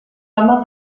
home